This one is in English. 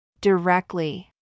directly